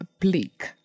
bleak